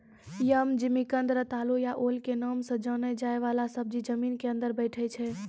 यम, जिमिकंद, रतालू या ओल के नाम सॅ जाने जाय वाला सब्जी जमीन के अंदर बैठै छै